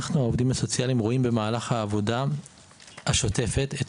אנחנו העובדים הסוציאליים רואים במהלך העבודה השוטפת את